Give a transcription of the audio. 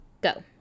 go